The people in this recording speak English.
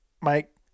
Mike